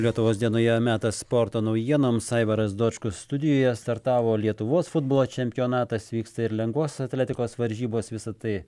lietuvos dienoje metas sporto naujienoms aivaras dočkus studijoje startavo lietuvos futbolo čempionatas vyksta ir lengvosios atletikos varžybos visa tai